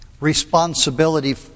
responsibility